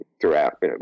throughout